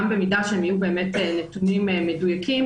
גם במידה שהם יהיו באמת נתונים מדויקים,